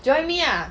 join me ah